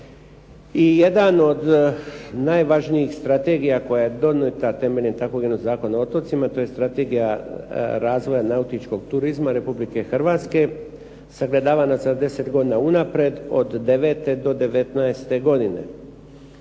I jedna od najvažnijih strategija koja je donijeta temeljem takvog jednog Zakona o otocima, to je Strategija razvoja nautičkog turizma Republike Hrvatske, sagledavana za 10 godina unaprijed, od '9. do '19. godine.